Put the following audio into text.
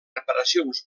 reparacions